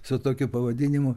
su tokiu pavadinimu